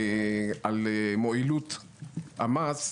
על מועילות המס,